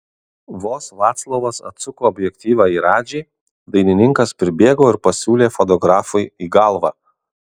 vos vaclovas atsuko objektyvą į radžį dainininkas pribėgo ir pasiūlė fotografui į galvą